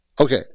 Okay